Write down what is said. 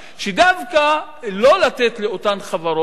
דווקא לא לתת לאותן חברות,